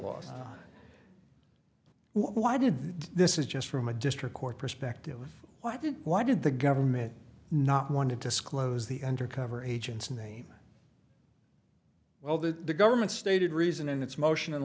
lost why didn't this is just from a district court perspective why did why did the government not want to disclose the undercover agents name well that the government stated reason and its motion